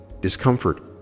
discomfort